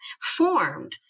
formed